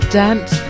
dance